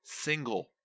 single